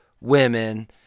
women